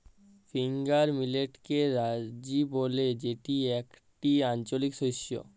finger মিলেটকে রাজি ব্যলে যেটি একটি আঞ্চলিক শস্য